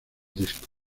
disco